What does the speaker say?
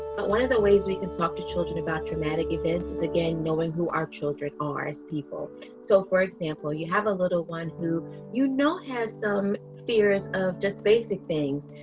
but one of the ways we can talk to children about dramatic events is again knowing who our children are as people so for example you have a little one who you know has some fears of just basic things.